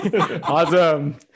Awesome